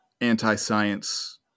anti-science